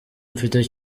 mfite